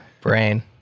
brain